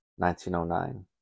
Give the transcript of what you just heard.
1909